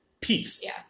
peace